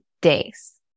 days